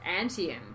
Antium